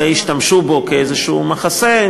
והשתמשו בו כאיזה מחסה,